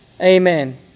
Amen